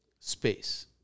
space